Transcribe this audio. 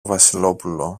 βασιλόπουλο